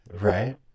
Right